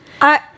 I-